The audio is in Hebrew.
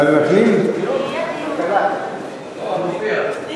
קצת נימוס.